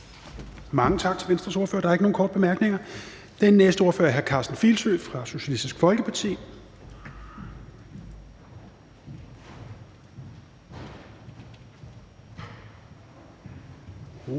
Mange tak til Venstres ordfører. Der er ikke nogen korte bemærkninger. Den næste ordfører er hr. Karsten Filsø fra Socialistisk Folkeparti.